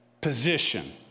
position